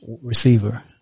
Receiver